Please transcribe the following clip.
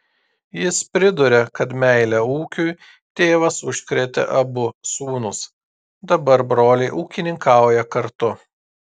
jis priduria kad meile ūkiui tėvas užkrėtė abu sūnus dabar broliai ūkininkauja kartu